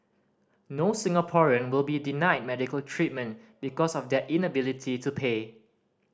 no Singaporean will be denied medical treatment because of their inability to pay